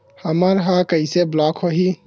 हमर ह कइसे ब्लॉक होही?